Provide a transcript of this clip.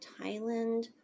Thailand